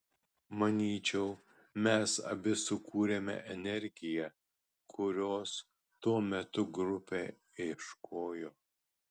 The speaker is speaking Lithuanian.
manyčiau mes abi sukūrėme energiją kurios tuo metu grupė ieškojo